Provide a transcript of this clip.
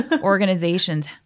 Organizations